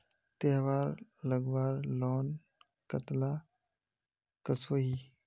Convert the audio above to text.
तेहार लगवार लोन कतला कसोही?